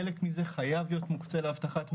חלק מזה חייב להיות מוקצה לאבטחת מידע,